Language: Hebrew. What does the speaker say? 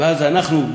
ואז אנחנו,